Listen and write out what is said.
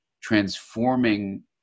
transforming